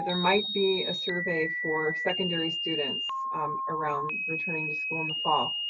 ah there might be a survey for secondary students around returning to school in the fall?